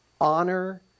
honor